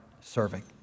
serving